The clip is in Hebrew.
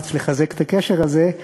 למאמץ לחזק את הקשר הזה.